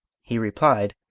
he replied,